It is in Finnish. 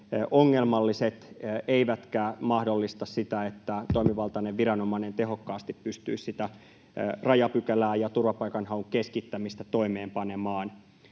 ongelmalliset eivätkä mahdollista sitä, että toimivaltainen viranomainen tehokkaasti pystyisi sitä rajapykälää ja turvapaikanhaun keskittämistä toimeenpanemaan.